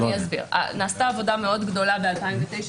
נעשתה עבודה מאוד גדולה ב-2009,